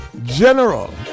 General